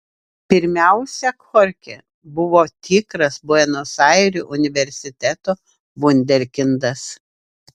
pirmiausia chorchė buvo tikras buenos airių universiteto vunderkindas